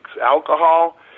alcohol